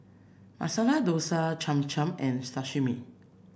Masala Dosa Cham Cham and Sashimi